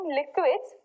liquids